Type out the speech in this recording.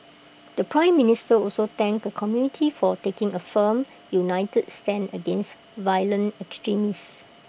the Prime Minister also thanked the community for taking A firm united stand against violent extremism